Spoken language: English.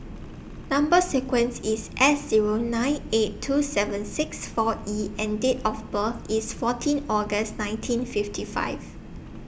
Number sequence IS S Zero nine eight two seven six four E and Date of birth IS fourteen August nineteen fifty five